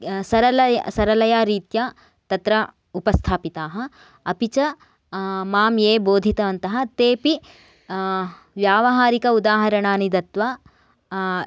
सरल सरलया रीत्या तत्र उपस्थापिताः अपि च मां ये बोधितवन्तः तेऽपि व्यावहारिक उदाहरणानि दत्त्वा